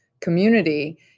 community